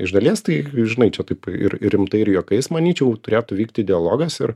iš dalies tai žinai čia taip ir rimtai ir juokais manyčiau turėtų vykti dialogas ir